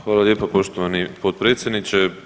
Hvala lijepa poštovani potpredsjedniče.